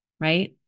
right